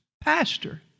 pastor